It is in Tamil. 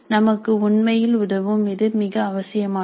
நமக்கு உண்மையில் உதவும் இது மிக அவசியமானது